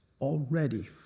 already